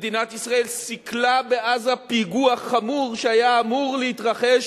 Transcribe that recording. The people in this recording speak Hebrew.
מדינת ישראל סיכלה בעזה פיגוע חמור שהיה אמור להתרחש